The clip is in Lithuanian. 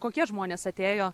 kokie žmonės atėjo